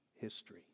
history